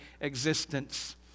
existence